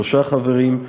שלושה חברים,